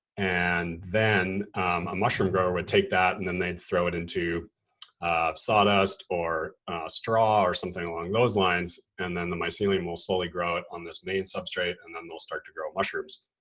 and then a mushroom grower would take that and then they'd throw it into sawdust, or straw, or something along those lines. and then the mycelium will slowly grow out on this main substrate and then they'll start to grow mushrooms.